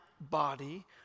body